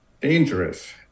dangerous